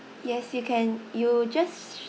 yes you can you just